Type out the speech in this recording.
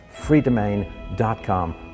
freedomain.com